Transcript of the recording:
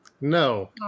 No